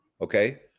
Okay